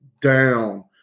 down